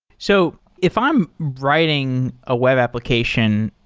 so if i'm writing a web application,